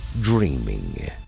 Dreaming